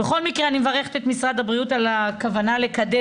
בכל מקרה אני מברכת את משרד הבריאות על הכוונה לקדם